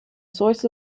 source